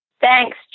Thanks